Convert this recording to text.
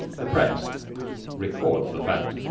the press records the fact,